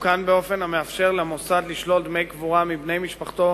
באופן המאפשר למוסד לשלול דמי קבורה מבני משפחתו